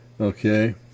okay